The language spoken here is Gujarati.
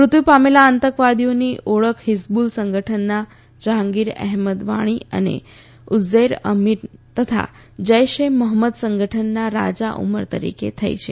મૃત્યુ પામેલા આતંકવાદીઓની ઓળખ હિઝબુલ સંગઠનના જહાંગીર અહેમદ વાણી અને ઉઝૈર અમીન તથા જૈશ એ મહંમદ સંગઠનના રાજા ઉંમર તરીકે થઈ છે